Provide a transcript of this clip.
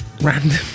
Random